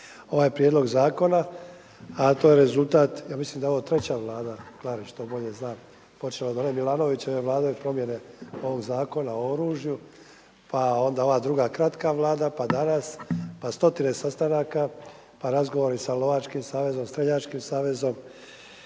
ovaj Prijedlog zakona, a to je rezultat, ja mislim da je ovo treća Vlada, Klarić to bolje zna, počelo je od one Milanovićeve Vlade promjene ovog Zakona o oružju, pa onda ova druga kratka Vlada, pa danas, pa stotine sastanaka, pa razgovori sa Lovačkim savezom, Streljačkim savezom